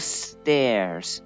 stairs